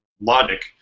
logic